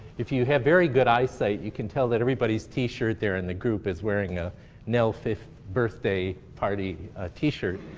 if you have very good eyesight, you can tell that everybody's t-shirt there in the group is wearing a nell fifth birthday party t-shirt.